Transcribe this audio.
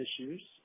issues